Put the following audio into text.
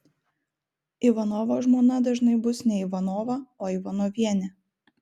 ivanovo žmona dažnai bus ne ivanova o ivanovienė